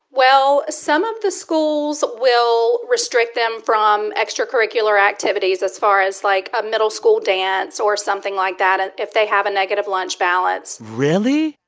well, some of the schools will restrict them from extracurricular activities as far as, like, a middle school dance or something like that and if they have a negative lunch balance really?